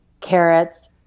carrots